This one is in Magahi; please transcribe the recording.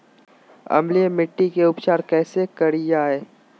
अम्लीय मिट्टी के उपचार कैसे करियाय?